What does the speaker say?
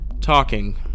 Talking